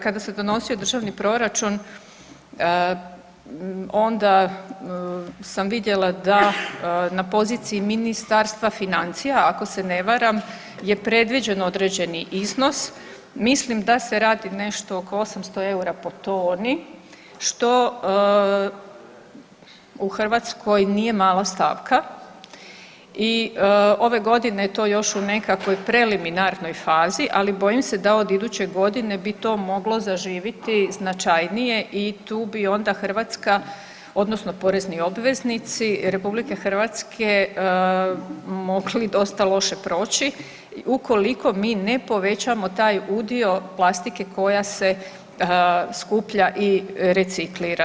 Kada se donosio proračun onda sam vidjela da na poziciji Ministarstva financija je predviđen određeni iznos, mislim da se radi nešto oko 800 eura po toni što u Hrvatskoj nije mala stavka i ove godine to je još u nekakvoj preliminarnoj fazi, ali bojim se da od iduće godine bi to moglo zaživiti značajnije i tu bi onda Hrvatska odnosno porezni obveznici RH mogli dosta loše proći ukoliko mi ne povećamo taj udio plastike koja se skuplja i reciklira.